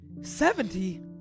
seventy